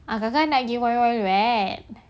agak kan lagi wild wild wet